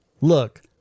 Look